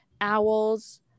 owls